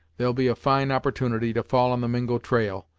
there'll be a fine opportunity to fall on the mingo trail,